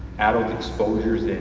adult exposures